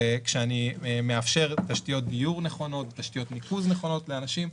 וכשאני מאפשר תשתיות דיור נכונות ותשתיות ניקוז נכונות לאנשים,